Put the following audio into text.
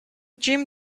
gym